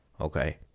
okay